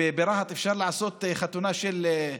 ברהט אפשר לעשות חתונה כזאת?